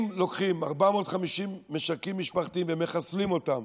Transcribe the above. אם לוקחים 450 משקים משפחתיים ומחסלים אותם,